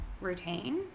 routine